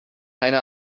einer